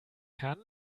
kann